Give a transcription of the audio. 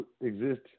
exist